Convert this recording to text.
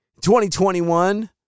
2021